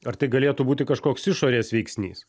ar tai galėtų būti kažkoks išorės veiksnys